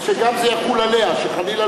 שזה יחול גם עליה.